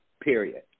Period